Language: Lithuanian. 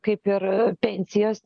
kaip ir pensijas